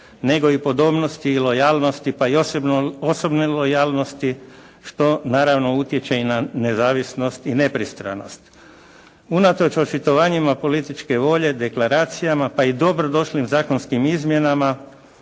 nego i podobnosti i lojalnosti pa i osobne lojalnosti što naravno utječe i na nezavisnost i nepristranost. Unatoč očitovanjima političke volje, deklaracijama pa i dobro došlim zakonskim izmjenama